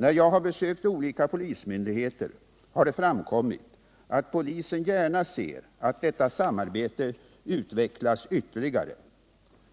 När jag har besökt olika polismyndigheter har det framkommit att polisen gärna ser att detta samarbete utvecklas ytterligare.